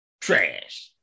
trash